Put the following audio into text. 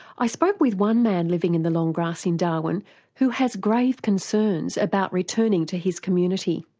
i spoke with one man living in the long grass in darwin who has grave concerns about returning to his community.